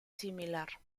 similar